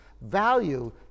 value